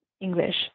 English